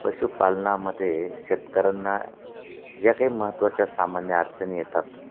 पशुपालनामध्ये शेतकऱ्यांना ज्या काही महत्त्वाच्या सामान्य अडचणी येतात